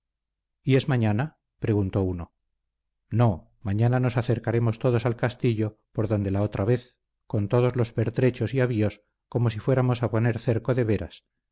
y es mañana preguntó uno no mañana nos acercaremos todos al castillo por donde la otra vez con todos los pertrechos y avíos como si fuéramos a poner cerco de veras